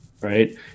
right